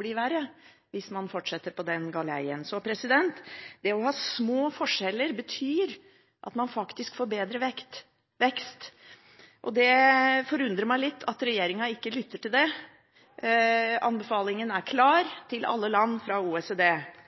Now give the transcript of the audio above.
bli verre hvis man fortsetter på den galeien. Det å ha små forskjeller betyr at man får bedre vekst, og det forundrer meg litt at regjeringen ikke lytter til dette. Anbefalingen fra OECD til alle land er klar: